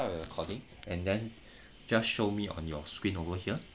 according and then just show me on your screen over here